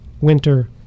winter